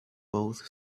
both